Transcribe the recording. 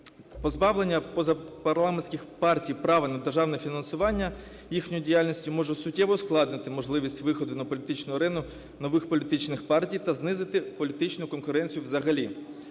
Позбавлення позапарламентських партій права на державне фінансування їхньої діяльності може суттєво ускладнити можливість виходу на політичну арену нових політичних партій та знизити політичну конкуренцію взагалі.